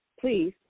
Please